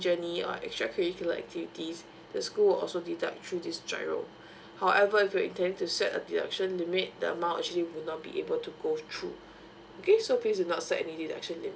journey or extra curricular activities the school will also deduct through this gyro however if you intend to set a deduction limit the amount actually will not be able to go through okay so please do not set any deduction limit